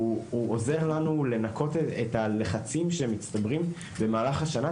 עוזר לנו לנקות את הלחצים שמצטברים במהלך השנה.